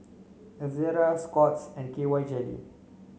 Ezerra Scott's and K Y jelly